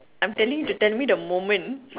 I'm telling you to tell me the moment